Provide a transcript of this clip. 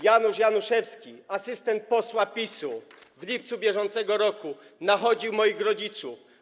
Janusz Januszewski, asystent posła PiS-u, w lipcu br. nachodził moich rodziców.